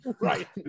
right